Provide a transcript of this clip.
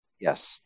Yes